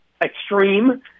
extreme